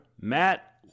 Matt